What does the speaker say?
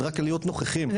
זה רק להיות נוכחים בצומת הזו.